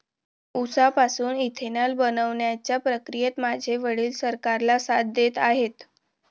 उसापासून इथेनॉल बनवण्याच्या प्रक्रियेत माझे वडील सरकारला साथ देत आहेत